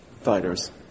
fighters